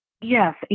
Yes